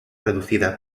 reducida